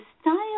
style